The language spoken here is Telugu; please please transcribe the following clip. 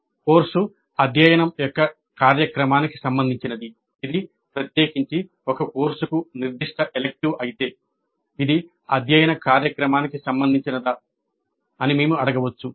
"కోర్సు అధ్యయనం యొక్క కార్యక్రమానికి సంబంధించినది" ఇది ప్రత్యేకించి ఒక కోర్సు కు నిర్దిష్ట ఎలిక్టివ్ అయితే ఇది అధ్యయన కార్యక్రమానికి సంబంధించినదా అని మేము అడగవచ్చు